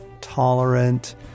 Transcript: tolerant